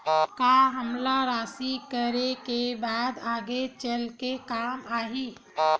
का हमला राशि करे के बाद आगे चल के काम आही?